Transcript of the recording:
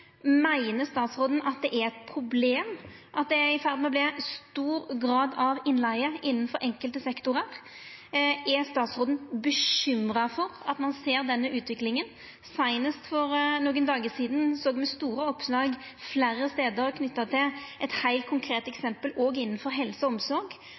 Meiner statsråden at det er eit problem at det er i ferd med å verta ein stor grad av innleige innanfor enkelte sektorar? Er statsråden bekymra for at ein ser denne utviklinga? Seinast for nokre dagar sidan hadde me store oppslag fleire stader knytte til eit heilt konkret eksempel innanfor helse og omsorg.